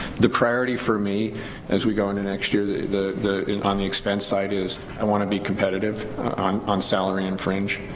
the priority for me as we go into next year the the the on the expense side is i want to be competitive on on salary and fringe,